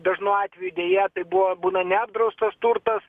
dažnu atveju deja tai buvo būna neapdraustas turtas